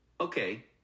Okay